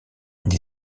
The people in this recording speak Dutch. die